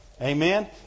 Amen